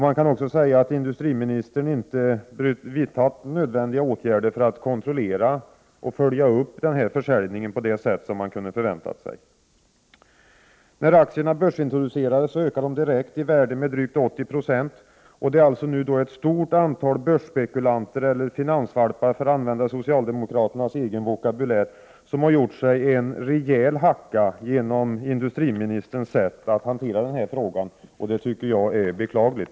Man kan också säga att industriministern inte har vidtagit nödvändiga åtgärder för att kontrollera och följa upp denna försäljning på det sätt som man kunde ha förväntat sig. När aktierna börsintroducerades ökade de direkt i värde med drygt 80 90. Det är nu alltså ett stort antal börsspekulanter eller finansvalpar, för att använda socialdemokraternas egen vokabulär, som har gjort sig en rejäl hacka genom industriministerns sätt att hantera denna fråga. Det tycker jag är beklagligt.